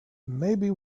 maybe